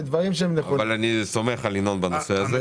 אבל אני סומך על ינון בנושא הזה.